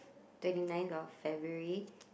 twenty ninth of February